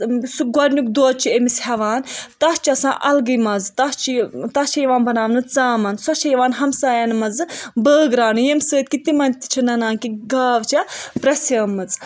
سُہ گۄڈٕنِیُک دۄد چھِ أمسۍ ہیوان تَتھ چھُ آسان الگے مَزٕ تَتھ چھِ تِتھ چھِ یوان بناونہٕ ژامَن سۄُا چھِ یوان ہمساین منٛز بٲگراونہٕ ییٚمہِ سۭتۍ کہِ تِمن تہِ چھُ نَنان کہِ گاو چھےٚ پرٚژھیٲمٕژ